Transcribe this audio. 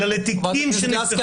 אלא תיקים שנפתחו.